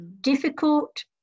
difficult